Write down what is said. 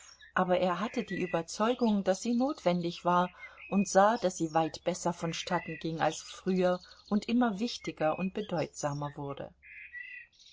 aber er hatte die überzeugung daß sie notwendig war und sah daß sie weit besser vonstatten ging als früher und immer wichtiger und bedeutsamer wurde